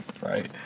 Right